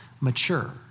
mature